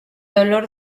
dolor